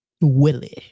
Willie